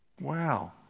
Wow